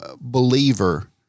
believer